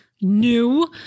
new